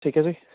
ਠੀਕ ਹੈ ਜੀ